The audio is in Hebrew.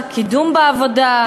3. קידום בעבודה,